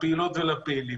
לפעילות ולפעילים.